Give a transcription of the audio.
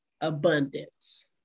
abundance